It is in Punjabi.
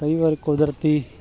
ਕਈ ਵਾਰ ਕੁਦਰਤੀ